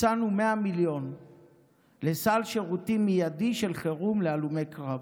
מצאנו 100 מיליון לסל שירותים מיידי של חירום להלומי קרב,